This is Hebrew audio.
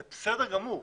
זה בסדר גמור.